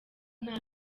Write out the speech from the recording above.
nta